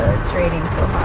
it's raining so